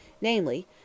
namely